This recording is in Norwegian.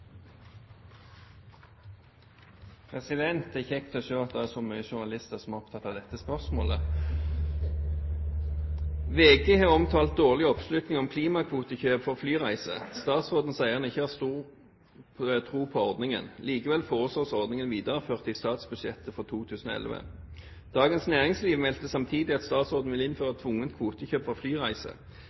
Det er kjekt å se at det er så mange journalister som er opptatt av dette spørsmålet: «VG har omtalt dårlig oppslutning om klimakvotekjøp for flyreiser. Statsråden sier han ikke har stor tro på ordningen. Likevel foreslås ordningen videreført i statsbudsjettet 2011. Dagens Næringsliv meldte samtidig at statsråden vil innføre tvungent kvotekjøp for flyreiser.